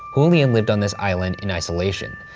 julian lived on this island in isolation.